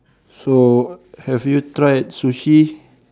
so have you tried sushi